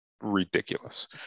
ridiculous